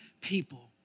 people